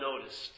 noticed